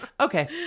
Okay